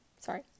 Sorry